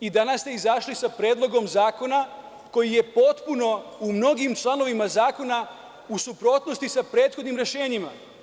Danas ste izašli sa predlogom zakona koji je potpuno u mnogim članovima zakona u suprotnosti sa prethodnim rešenjima.